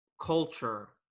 culture